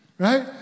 Right